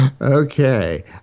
Okay